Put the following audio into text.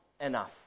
enough